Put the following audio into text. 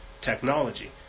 technology